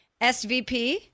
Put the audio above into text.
SVP